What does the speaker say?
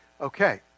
Okay